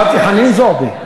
חנין זועבי.